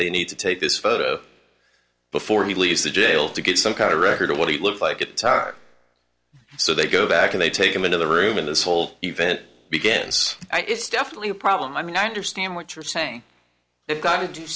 they need to take this photo before he leaves the jail to get some kind of record of what he looked like it so they go back and they take him into the room and this whole event begins it's definitely a problem i mean i understand what you're saying they've got to do